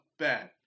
bad